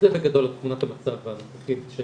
זה בגדול תמונת המצב הנוכחית של